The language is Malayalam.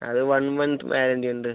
അത് വൺ മന്ത് വാറന്റി ഉണ്ട്